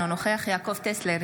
אינו נוכח יעקב טסלר,